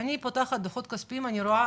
פותחת את הדוחות הכספיים ורואה